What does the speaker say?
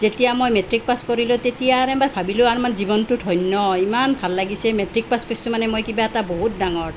যেতিয়া মই matric pass কৰিলোঁ তেতিয়া আৰ এবাৰ ভাবিলোঁ আৰ মানে জীৱনটো ধন্য ইমান ভাল লাগিছে মেট্ৰিক পাছ কৰিছোঁ মানে মই কিবা এটা বহুত ডাঙৰ